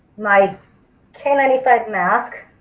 my k nine five mask,